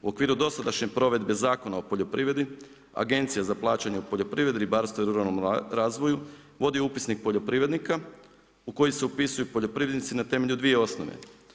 U okviru dosadašnje provedbe Zakona o poljoprivredi, Agencija za plaćanje u poljoprivredi, ribarstva i ruralnom razvoju, vodi upisnik poljoprivrednika, u koji se upisuju poljoprivrednici na temelju dvije osnove.